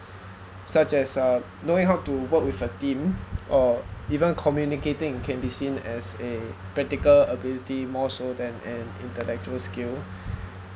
such as uh knowing how to work with a team or even communicating can be seen as a practical ability more so than an intellectual skill